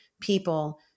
people